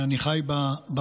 אני חי במקום.